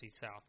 South